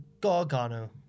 Gargano